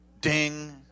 Ding